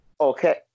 okay